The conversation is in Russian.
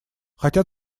хотя